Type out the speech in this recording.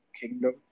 Kingdom